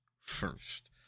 first